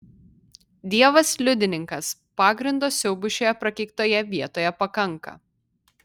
dievas liudininkas pagrindo siaubui šioje prakeiktoje vietoje pakanka